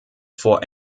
vor